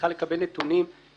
צריכה לקבל נתונים בדוקים